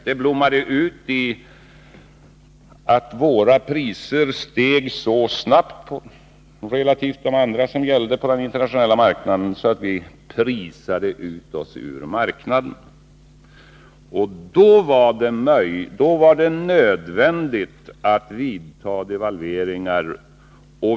Detta blommade ut i att våra priser steg så snabbt relativt andra priser som gällde på den internationella marknaden, att vi ”prisade” ut oss ur marknaden. Då var det nödvändigt att vidta devalveringar.